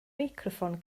meicroffon